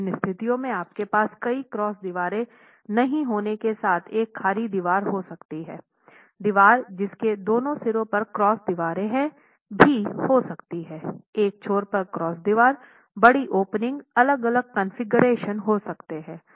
तो विभिन्न स्थितियों में आपके पास कोई क्रॉस दीवार नहीं होने के साथ एक खाली दीवार हो सकती है दीवार जिसके दोनों सिरों पर क्रॉस दीवारें हैं भी हो सकती है एक छोर पर क्रॉस दीवार बड़ी ओपनिंग अलग अलग कॉन्फ़िगरेशन हो सकते हैं